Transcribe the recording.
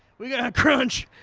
we got a crunch.